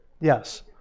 Yes